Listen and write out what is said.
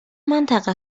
منطقه